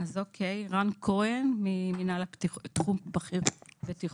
רן כהן, תחום בכיר בטיחות.